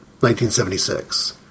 1976